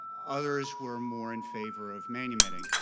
others were more in favor of manumitting.